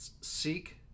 seek